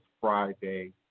Friday